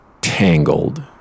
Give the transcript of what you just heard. tangled